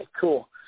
cool